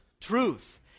truth